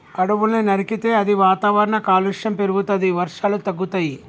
అడవుల్ని నరికితే అది వాతావరణ కాలుష్యం పెరుగుతది, వర్షాలు తగ్గుతయి